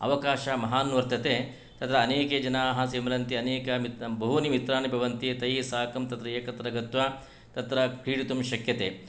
अवकाशः महान् वर्तते तत्र अनेके जनाः समिलन्ति अनेक बहूनि मित्रानि भवन्ति तैः साकं तत्र एकत्र गत्वा तत्र क्रीडितुं शक्यते